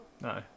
no